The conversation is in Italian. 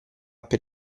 per